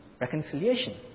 reconciliation